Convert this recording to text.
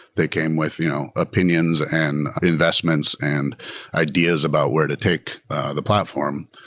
they came with you know opinions and investments and ideas about where to take the platform.